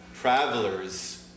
travelers